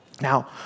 Now